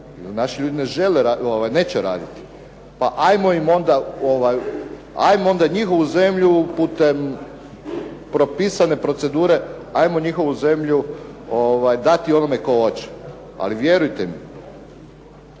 naši ljudi ne žele, neće raditi. Pa ajmo im onda, ajmo onda njihovu zemlju putem propisane procedure, ajmo njihovu zemlju dati onima koji hoće. Ali vjerujte,